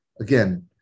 Again